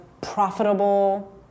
profitable